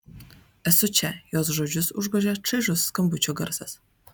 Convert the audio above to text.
esu čia jos žodžius užgožė čaižus skambučio garsas